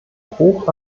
hoch